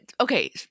okay